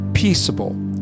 peaceable